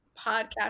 podcast